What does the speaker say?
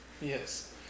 Yes